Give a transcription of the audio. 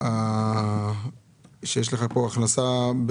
יש לך כאן הכנסה.